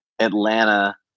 Atlanta